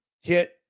hit